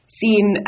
seen